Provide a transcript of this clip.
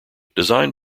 designed